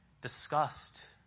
disgust